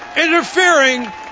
interfering